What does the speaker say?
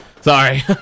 Sorry